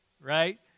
right